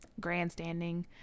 grandstanding